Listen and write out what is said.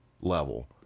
level